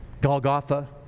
Golgotha